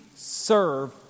serve